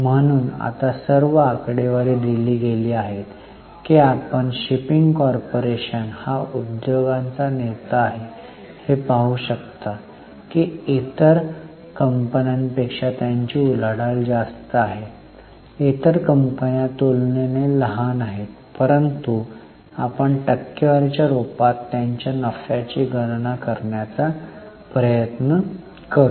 म्हणून आता सर्व आकडेवारी दिली गेली आहेत की आपण शिपिंग कॉर्पोरेशन हा उद्योगाचा नेता आहे हे पाहू शकता की इतर कंपन्यांपेक्षा त्यांची उलाढाल जास्त आहे इतर कंपन्या तुलनेने लहान आहेत परंतु आपण टक्केवारीच्या रूपात त्यांच्या नफ्याची गणना करण्याचा प्रयत्न करू